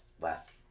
Last